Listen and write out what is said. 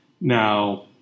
Now